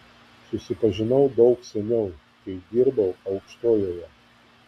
susipažinau daug seniau kai dirbau aukštojoje